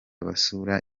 basura